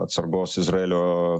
atsargos izraelio